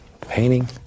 Painting